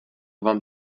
vám